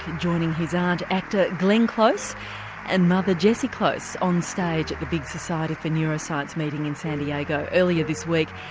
joining his aunt, actor glenn close and mother jessie close on stage at the big society for neuroscience meeting in san diego earlier this week,